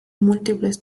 múltiples